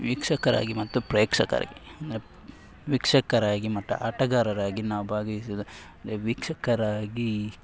ವೀಕ್ಷಕರಾಗಿ ಮತ್ತು ಪ್ರೇಕ್ಷಕರಾಗಿ ಅಂದರೆ ವೀಕ್ಷಕರಾಗಿ ಮತ್ತು ಆಟಗಾರರಾಗಿ ನಾವು ಭಾಗವಹಿಸಿದ ಅಂದ್ರೆ ವೀಕ್ಷಕರಾಗಿ